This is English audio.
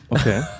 Okay